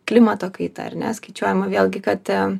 klimato kaita ar ne skaičiuojama vėlgi kad